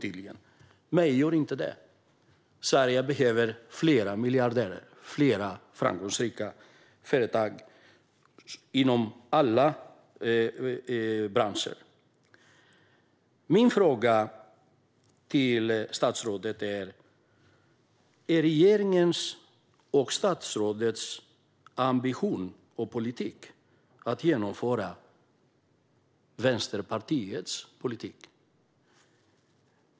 Mig stör den däremot inte - Sverige behöver fler miljardärer och fler framgångsrika företag inom alla branscher. Mina frågor till statsrådet är: Är regeringens och statsrådets ambition och politik att genomföra Vänsterpartiets politik?